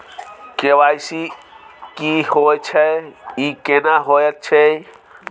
KYC की होय छै, ई केना होयत छै?